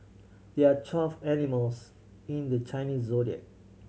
there're twelve animals in the Chinese Zodiac